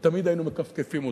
ותמיד היינו מכפכפים אותו.